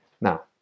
Now